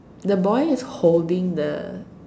the boy is holding the